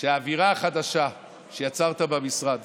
האווירה החדשה שיצרת במשרד